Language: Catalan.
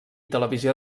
televisió